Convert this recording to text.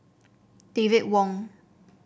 David Wong